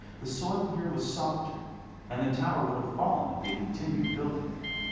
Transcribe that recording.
the soil here was softer and the tower would have fallen if they continued building.